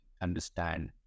understand